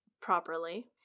properly